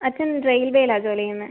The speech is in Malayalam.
അച്ഛൻ റെയിൽവേയിലാണ് ജോലി ചെയ്യുന്നത്